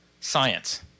science